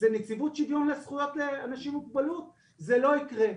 הצעת חוק שוויון זכויות לאנשים עם מוגבלות (תיקון מספר 19),